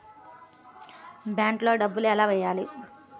బ్యాంక్లో డబ్బులు ఎలా వెయ్యాలి?